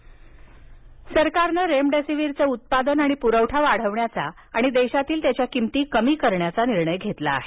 remdesivir सरकारने रेमडेसिवीरचे उत्पादन आणि पुरवठा वाढविण्याचा आणि देशातील त्याच्या किंमती कमी करण्याचा निर्णय घेतला आहे